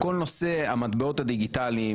כל נושא המטבעות הדיגיטליים,